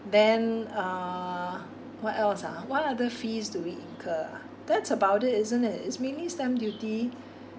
then uh what else ah what other fees do we incur ah that's about it isn't it it's mainly stamp duty